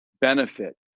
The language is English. benefit